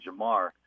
Jamar